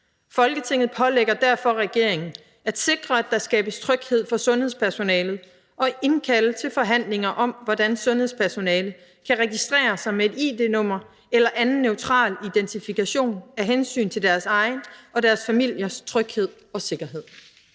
Folketinget pålægger derfor regeringen at sikre, at der skabes tryghed for sundhedspersonalet, og at indkalde til forhandlinger om, hvordan sundhedspersonale kan registrere sig med et id-nummer eller anden neutral identifikation af hensyn til deres egen og familiers tryghed og sikkerhed.«